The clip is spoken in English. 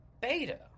beta